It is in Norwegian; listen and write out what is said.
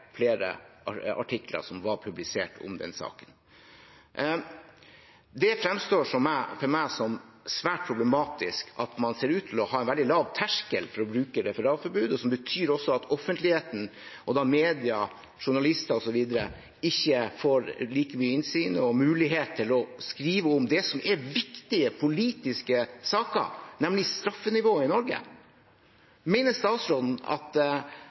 flere artikler som var publisert om saken. Det fremstår for meg som svært problematisk at man ser ut til å ha en veldig lav terskel for å bruke referatforbudet, noe som betyr at offentligheten – media, journalister osv. – ikke får like mye innsyn og mulighet til å skrive om det som er viktige politiske saker, her nemlig straffenivået i Norge. Mener statsråden at